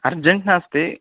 urgent नास्ति